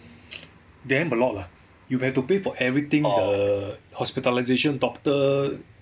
damn a lot lah you have to pay for everything the hospitalization doctor